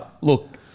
look